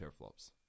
Teraflops